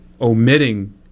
omitting